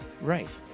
Right